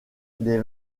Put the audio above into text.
des